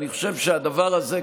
אני חושב שהדבר הזה,